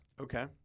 Okay